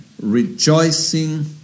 Rejoicing